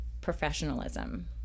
professionalism